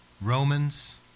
Romans